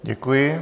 Děkuji.